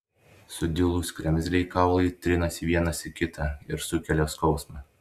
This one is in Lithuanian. sudilus kremzlei kaulai trinasi vienas į kitą ir sukelia skausmą